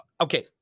Okay